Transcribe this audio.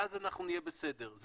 ואז אנחנו נהיה בסדר.